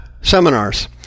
seminars